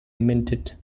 minted